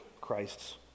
Christ's